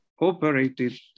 operated